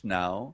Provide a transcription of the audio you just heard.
now